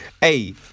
Hey